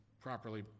properly